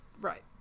Right